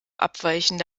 abweichende